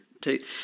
take